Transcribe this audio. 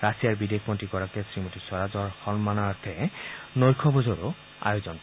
ৰাছিয়াৰ বিদেশমন্ত্ৰী গৰাকীয়ে শ্ৰীমতী স্বৰাজৰ সন্মানাৰ্থে নৈশ ভোজৰো আয়োজন কৰে